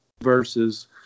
versus